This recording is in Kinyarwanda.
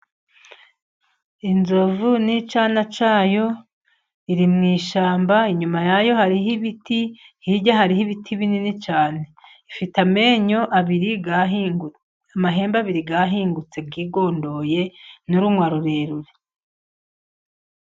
Inzovu n'icyana cya yo iri mu ishyamba, inyuma ya yo hariho ibiti, hirya hariho ibiti binini cyane. Ifite amenyo abiri yahingutse, amahembe abiri yahingutse yigondoye, n'urunwa rurerure.